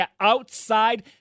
outside